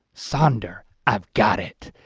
sonder. i've got it.